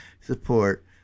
support